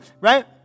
Right